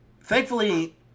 thankfully